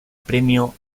premio